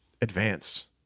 advanced